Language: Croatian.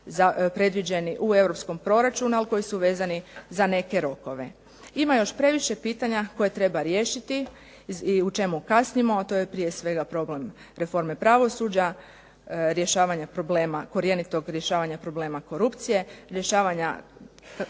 predviđeni u europskom proračunu ali koji su vezani za neke rokove. Ima još previše pitanja koje treba riješiti u čemu kasnimo a to je prije svega problem reforme pravosuđa, korjenitog rješavanja problema korupcije, rješavanja